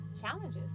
challenges